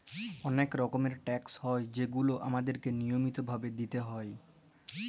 অলেক রকমের ট্যাকস হ্যয় যেগুলা আমাদেরকে লিয়মিত ভাবে দিতেই হ্যয়